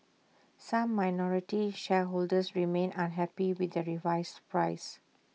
some minority shareholders remain unhappy with the revised price